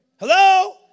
Hello